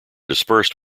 dispersed